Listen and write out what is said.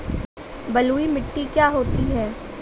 बलुइ मिट्टी क्या होती हैं?